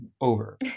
over